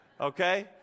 okay